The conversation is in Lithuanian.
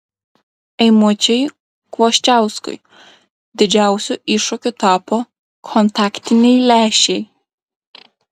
eimučiui kvoščiauskui didžiausiu iššūkiu tapo kontaktiniai lęšiai